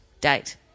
date